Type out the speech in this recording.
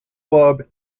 club